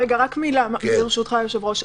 רגע, רק מילה, ברשותך, היושב-ראש.